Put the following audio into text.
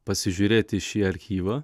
pasižiūrėti šį archyvą